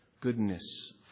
goodness